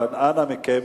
אבל אנא מכם,